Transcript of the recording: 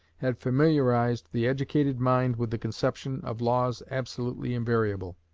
had familiarized the educated mind with the conception of laws absolutely invariable.